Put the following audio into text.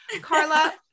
Carla